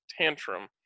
tantrum